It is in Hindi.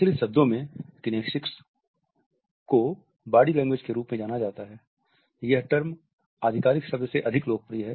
प्रचलित शब्दों में किनेसिक्स को बॉडी लैंग्वेज के रूप में जाना जाता है यह टर्म आधिकारिक शब्द से अधिक लोकप्रिय है